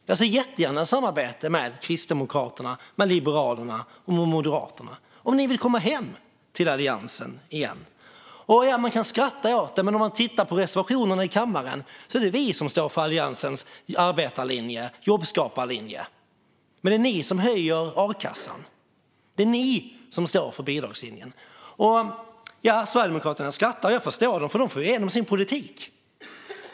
Jag ser jättegärna ett samarbete med Kristdemokraterna, Liberalerna och Moderaterna - om ni vill komma hem till Alliansen igen. Man kan skratta åt detta, men om man tittar på reservationen i kammaren är det vi som står för Alliansens arbetarlinje och jobbskaparlinje. Men det är ni som höjer a-kassan. Det är ni som står för bidragslinjen. Sverigedemokraterna skrattar, och jag förstår dem eftersom de får igenom sin politik.